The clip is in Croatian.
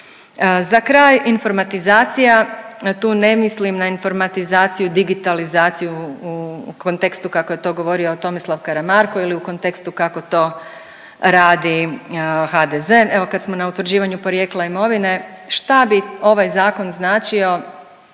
Za kraj informatizacija. Tu ne mislim na informatizaciju, digitalizaciju u kontekstu kako je to govorio Tomislav Karamarko ili u kontekstu kako to radi HDZ. Evo kad smo na utvrđivanju porijekla imovine šta bi ovaj zakon značio